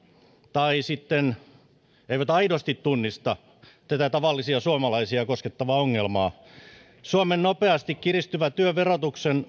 tai sitten eivät aidosti tunnista tätä tavallisia suomalaisia koskettavaa ongelmaa suomen nopeasti kiristyvän työn verotuksen